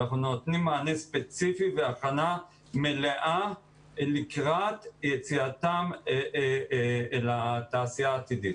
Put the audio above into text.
ואנחנו נותנים מענה ספציפי והכנה מלאה לקראת יציאתם אל התעשייה העתידית.